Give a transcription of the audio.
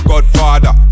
Godfather